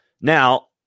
Now